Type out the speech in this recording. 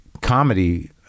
comedy